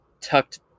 tucked